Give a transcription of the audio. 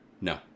No